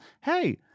Hey